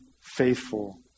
faithful